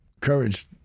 Courage